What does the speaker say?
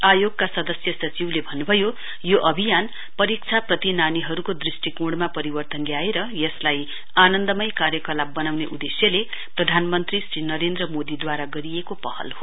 आयोगका सदस्य सचिवले भन्न्भयो यो अभियान परीक्षाप्रति नानीहरुको दृस्टिकोणमा परिवर्तन ल्याएर यसलाई आनन्दमय कार्यकलाप बनाउने उदेश्यले प्रधानमन्त्री श्री नरेन्द्र मोदीदूवारा गरिएको पहल हो